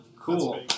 Cool